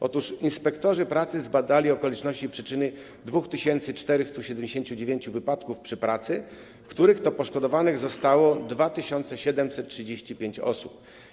Otóż inspektorzy pracy zbadali okoliczności i przyczyny 2479 wypadków przy pracy, w których to poszkodowanych zostało 2735 osób.